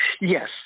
Yes